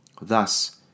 Thus